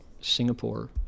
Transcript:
Singapore